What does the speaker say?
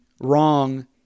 wrong